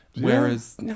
Whereas